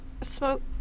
Smoke